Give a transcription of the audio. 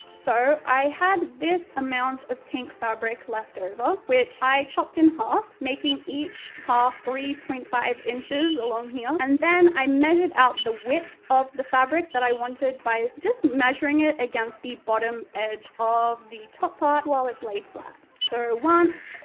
so, i had this amount of pink fabric left over. which i chopped in half, making each half three point five inches along here and then i measured out the width of the fabric that i wanted by just measuring it along the bottom edge of the top part while it's laid flat. so once,